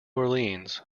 orleans